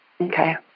Okay